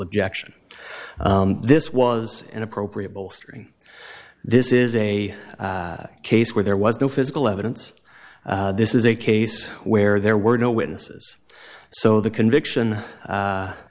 objection this was an appropriate bolstering this is a case where there was no physical evidence this is a case where there were no witnesses so the conviction